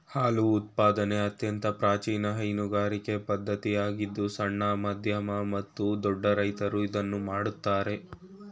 ಹಾಲು ಉತ್ಪಾದನೆ ಅತ್ಯಂತ ಪ್ರಾಚೀನ ಹೈನುಗಾರಿಕೆ ಪದ್ಧತಿಯಾಗಿದ್ದು ಸಣ್ಣ, ಮಧ್ಯಮ ಮತ್ತು ದೊಡ್ಡ ರೈತ್ರು ಇದನ್ನು ಮಾಡ್ತರೆ